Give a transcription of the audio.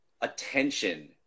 attention